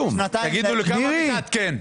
כתוב בנוסח 120 אלף שקלים,